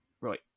right